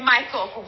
Michael